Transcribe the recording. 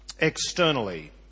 Externally